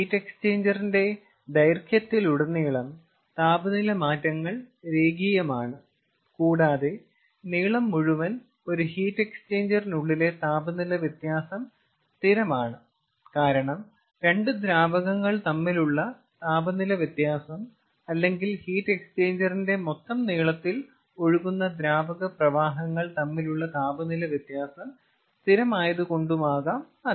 heat എക്സ്ചേഞ്ചറിന്റെ ദൈർഘ്യത്തിലുടനീളം താപനില മാറ്റങ്ങൾ രേഖീയമാണ് കൂടാതെ നീളം മുഴുവൻ ഒരു ഹീറ്റ് എക്സ്ചേഞ്ചറിനുള്ളിലെ താപനില വ്യത്യാസം സ്ഥിരമാണ് കാരണം 2 ദ്രാവകങ്ങൾ തമ്മിലുള്ള താപനില വ്യത്യാസം അല്ലെങ്കിൽ ഹീറ്റ് എക്സ്ചേഞ്ചറിന്റെ മൊത്തം നീളത്തിൽ ഒഴുകുന്ന ദ്രാവക പ്രവാഹങ്ങൾ തമ്മിലുള്ള താപനില വ്യത്യാസം സ്ഥിരമായതു കൊണ്ടുമാകാം അത്